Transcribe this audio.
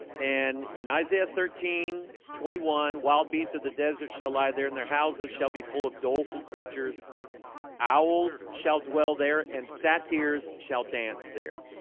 and in isaiah thirteen twenty one wild beasts of the desert shall lie there in their houses shall be full of doleful creatures owls shall dwell there and sat ears shall dance there